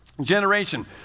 generation